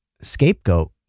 scapegoat